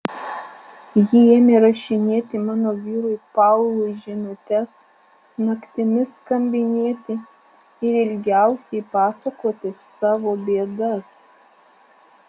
ji ėmė rašinėti mano vyrui paului žinutes naktimis skambinėti ir ilgiausiai pasakotis savo bėdas